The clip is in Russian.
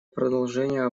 продолжения